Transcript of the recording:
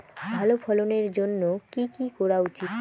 ভালো ফলনের জন্য কি কি করা উচিৎ?